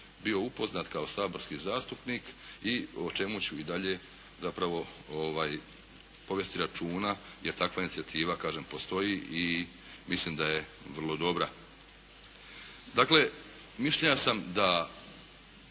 bio upoznat kao saborski zastupnik i o čemu ću i dalje zapravo povesti računa jer takva inicijativa kažem postoji i mislim da je vrlo dobra. Dakle mišljenja sam da